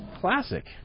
Classic